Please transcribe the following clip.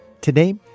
Today